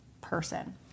person